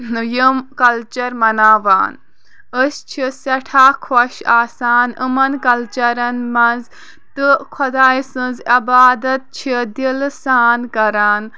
یِم کَلچَر مناوان أسۍ چھِ سٮ۪ٹھاہ خۄش آسان یِمَن کَلچَرن منٛز تہٕ خۄدایہِ سٕنٛز عبادَت چھِ دِلہٕ سان کَران